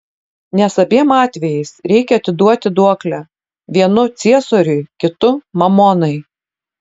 nes abiem atvejais reikia atiduoti duoklę vienu ciesoriui kitu mamonai